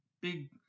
big